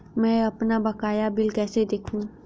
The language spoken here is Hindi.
मैं अपना बकाया बिल कैसे देखूं?